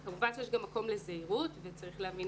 בהן וכמובן שיש גם מקום לזהירות וצריך להבין